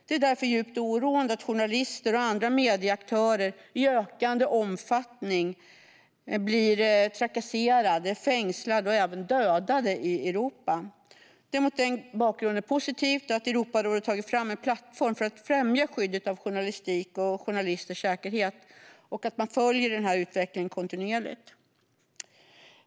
Det är därför djupt oroande att journalister och andra medieaktörer i ökande omfattning blir trakasserade, fängslade och även dödade i Europa. Det är mot den bakgrunden positivt att Europarådet har tagit fram en plattform för att främja skyddet av journalistik och journalisters säkerhet och att man följer utvecklingen kontinuerligt.